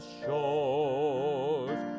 shores